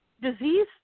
disease